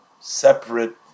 separate